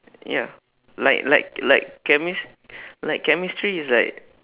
ya like like like chemis~ like chemistry is like